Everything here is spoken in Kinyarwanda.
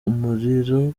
umuriro